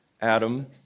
Adam